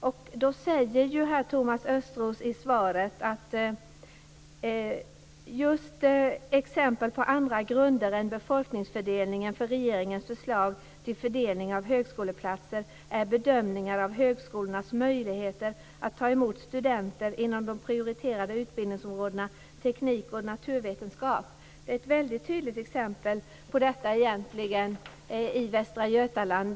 I svaret säger Thomas Östros att just exempel på andra grunder än befolkningsfördelningen när det gäller regeringens förslag till fördelning av högskoleplatser är bedömningar av högskolornas möjligheter att ta emot studenter inom de prioriterade utbildningsområdena teknik och naturvetenskap. I Västra Götaland finns mycket tydliga exempel på detta.